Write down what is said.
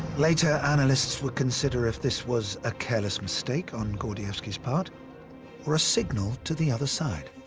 later, analysts would consider if this was a careless mistake on gordievsky's part or a signal to the other side.